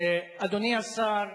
אדוני השר,